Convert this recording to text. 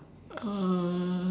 uh